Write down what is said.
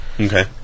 Okay